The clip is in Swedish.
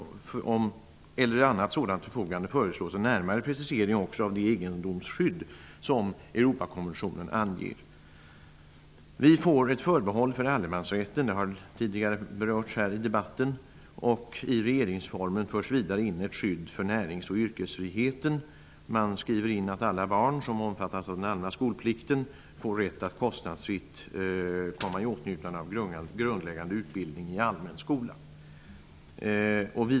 Det föreslås en närmare precisering också av det egendomsskydd som Vi får ett förbehåll för allemansrätten -- det har tidigare berörts i debatten. I regeringsformen förs vidare in ett skydd för närings och yrkesfriheten. Man skriver in att alla barn som omfattas av den allmänna skolplikten får rätt att kostnadsfritt komma i åtnjutande av grundläggande utbildning i allmän skola.